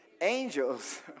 angels